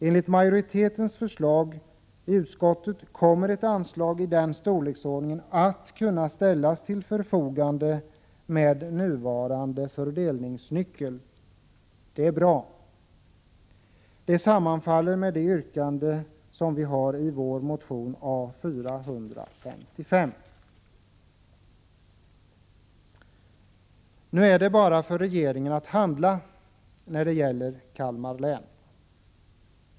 Enligt förslaget från majoriteten i utskottet kommer ett anslag i den storleksordningen att kunna ställas till förfogande med nuvarande fördelningsnyckel. Det är bra. Det sammanfaller med yrkandet i vår motion A455. Nu gäller det bara för regeringen att handla i fråga om Kalmar län.